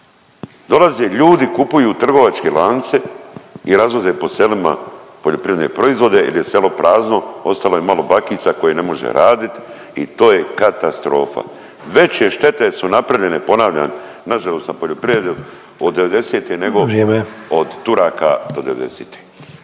dolaze ljudi i kupuju trgovačke lance i razvoze po selima poljoprivredne proizvode jer je selo prazno ostalo je malo bakica koje ne može raditi i to je katastrofa. Veće štete su napravljene ponavljam nažalost na poljoprivredi od '90.-te nego …/Upadica